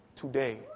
today